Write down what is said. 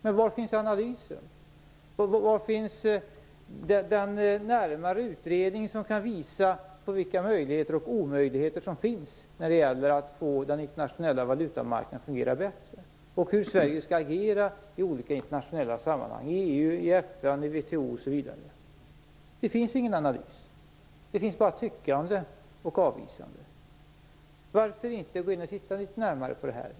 Men var finns analysen och den närmare utredning som skulle kunna visa vilka möjligheter och omöjligheter som finns när det gäller att få den internationella valutamarknaden att fungera bättre? Hur skall Sverige agera i olika internationella sammanhang - i EU, FN, WTO osv? Det finns ingen analys. Det finns bara tyckande och avvisande. Varför inte gå in och titta litet närmare på detta?